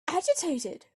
agitated